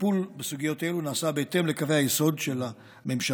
הטיפול בסוגיות אלו נעשה בהתאם לקווי היסוד של הממשלה,